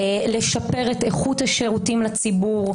לשפר את איכות השירותים לציבור,